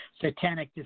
satanic